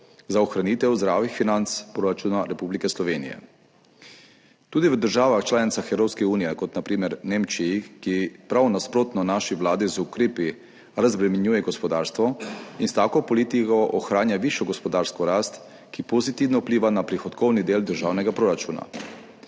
za ohranitev zdravih financ proračuna Republike Slovenije. Tudi v državah članicah Evropske unije kot na primer Nemčiji, ki prav nasprotno naši Vladi z ukrepi razbremenjuje gospodarstvo in s tako politiko ohranja višjo gospodarsko rast, ki pozitivno vpliva na prihodkovni del državnega proračuna.